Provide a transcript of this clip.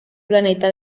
planeta